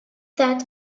that